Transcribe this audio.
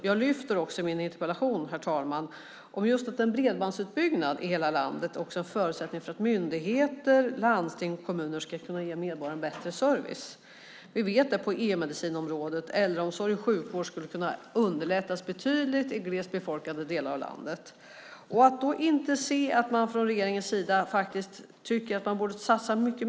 Jag lyfte upp i min interpellation, herr talman, att en bredbandsutbyggnad i hela landet är en förutsättning för att myndigheter, landsting och kommuner kan ge medborgarna bättre service. Vi vet att på EU-medicinområdet, äldreomsorg och sjukvård, skulle arbetet underlättas betydligt i glest befolkade delar av landet. Då ser man inte från regeringens sida att man faktiskt borde satsa mer.